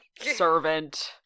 servant